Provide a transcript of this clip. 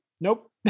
Nope